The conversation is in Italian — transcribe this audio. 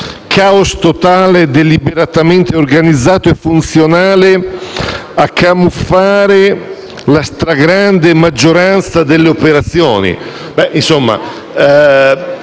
caos totale, deliberatamente organizzato e funzionale» a camuffare la stragrande maggioranza delle operazioni.